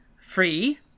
Free